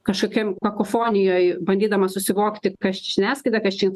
kažkokiam kakofonijoj bandydama susivokti kas čia žiniasklaida kas čia in